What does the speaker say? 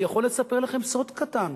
אני יכול לספר לכם סוד קטן: